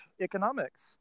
economics –